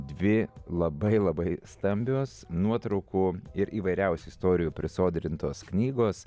dvi labai labai stambios nuotraukų ir įvairiausių istorijų prisodrintos knygos